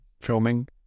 filming